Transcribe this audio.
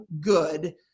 good